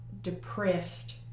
depressed